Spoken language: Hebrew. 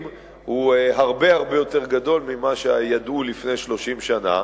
הוא הרבה הרבה יותר גדול ממה שידעו לפני 30 שנה,